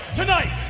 tonight